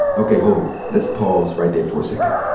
okay, hold on. let's pause right there for a second.